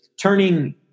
turning